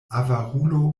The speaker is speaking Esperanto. avarulo